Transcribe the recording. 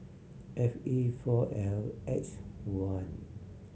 F E four L X one